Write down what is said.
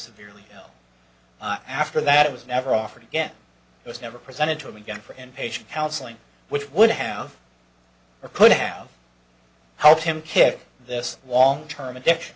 severely ill i after that it was never offered again it was never presented to him again for in patient counseling which would have or could have helped him kick this wall term addiction